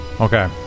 okay